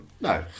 No